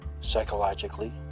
psychologically